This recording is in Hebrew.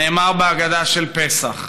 נאמר בהגדה של פסח.